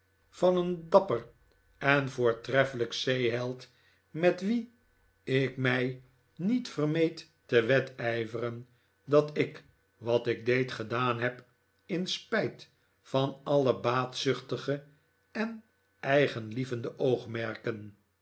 van een dapper en voortreffelijk zeeheld met wien ik mij niet vermeet te wedijveren dat ik wat ik deed gedaan heb in spijt van alle baatzuchtige en eigenlievende oogmerken